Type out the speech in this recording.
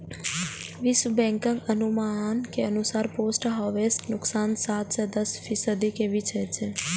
विश्व बैंकक अनुमान के अनुसार पोस्ट हार्वेस्ट नुकसान सात सं दस फीसदी के बीच होइ छै